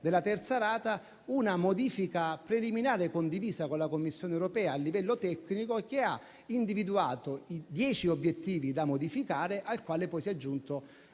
della terza rata, una modifica preliminare, condivisa con la Commissione europea a livello tecnico, che ha individuato i dieci obiettivi da modificare, a cui si è aggiunto